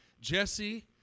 Jesse